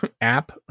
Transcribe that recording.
app